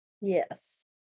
Yes